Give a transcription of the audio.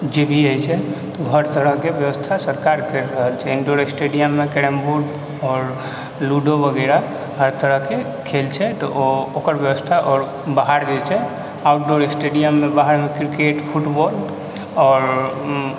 जे भी होइ छै तऽ ओ हर तरहके व्यवस्था सरकार करि रहल छै इन्डोर स्टेडियममे कैरमबोर्ड आओर लूडो वगैरह हर तरहके खेल छै तऽ ओ ओकर व्यवस्था आओर बाहर जे छै आउटडोर स्टेडियममे बाहरमे क्रिकेट फुटबॉल आओर